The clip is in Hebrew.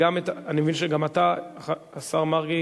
(איסור יציאה מהארץ לעובדי